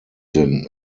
sind